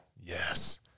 Yes